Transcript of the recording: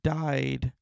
died